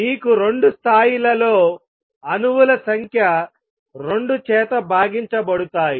మీకు రెండు స్థాయిలలో అణువుల సంఖ్య రెండు చేత భాగించబడుతాయి